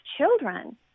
children